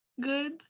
good